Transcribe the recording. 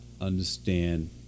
understand